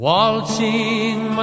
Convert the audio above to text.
Waltzing